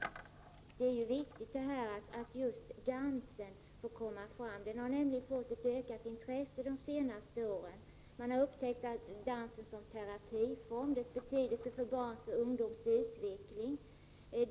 Prot. 1985/86:60 Herr talman! Det är viktigt att just dansen får komma fram. Den har 16 januari 1986 nämligen fått ett ökat intresse de senaste åren. Man har upptäckt dansen som terapiform, dess betydelse för barns och ungdoms utveckling.